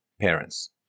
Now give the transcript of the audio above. parents